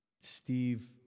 Steve